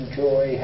joy